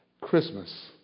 Christmas